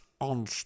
on